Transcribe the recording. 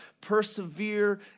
persevere